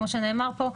כמו שנאמר פה,